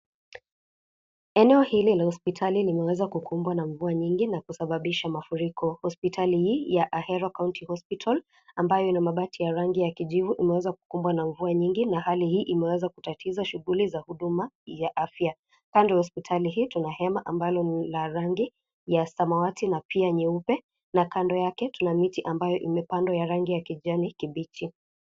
Eneo hili la hospitali limeweza na mvua nyingi na kusababisha mafuriko, hospitali hii ya Haero County Hospital ambayo ina mabati ya rangi ya kijivu imeweza kukumbwa na mvua nyingi na hali hii imeweza kutatiza shughuli ya huduma ya afyakando ya hospitali hii tuna hema ambalo ni la rangi ya zamawati na pia nyeupe, na kando yake tuna miti ambayo imepandwa ya rangi ya kijanikibichi.